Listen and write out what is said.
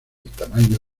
tamaño